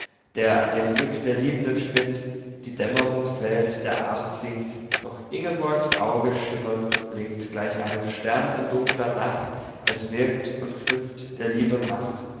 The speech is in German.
der an dem glück der liebenden spinnt die dämmrung fällt der abend sinkt doch ingborgs auge schimmert und blinkt gleich einem stern in dunkler nacht es wirkt und knüpft der liebe macht